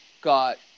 got